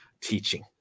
teaching